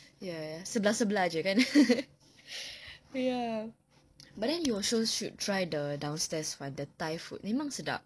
ya sebelah sebelah jer kan ya but then you also should try the downstairs [one] the thai food memang sedap